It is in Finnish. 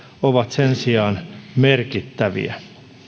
ovat sen sijaan merkittäviä